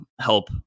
help